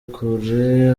kure